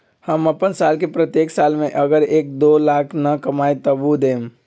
हम अपन साल के प्रत्येक साल मे अगर एक, दो लाख न कमाये तवु देम?